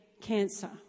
cancer